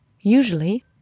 Usually